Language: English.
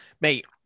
mate